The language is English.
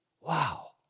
Wow